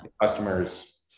customers